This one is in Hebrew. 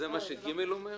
זה מה ש-(ג) אומר?